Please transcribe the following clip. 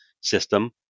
system